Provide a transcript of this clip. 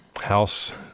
house